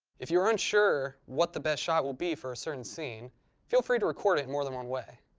if you're unsure what the best shot will be for a certain scene feel free to record it more than one way.